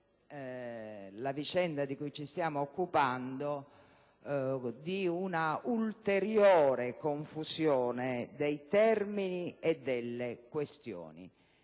la vicenda di cui ci stiamo occupando di una ulteriore confusione dei termini e delle questioni.